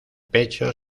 pecho